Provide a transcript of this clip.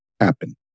happen